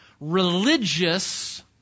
religious